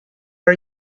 are